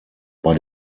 bei